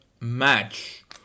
match